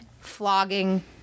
flogging